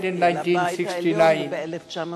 העליון ב-1969,